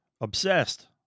obsessed